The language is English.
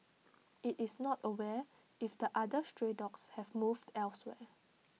IT is not aware if the other stray dogs have moved elsewhere